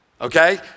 okay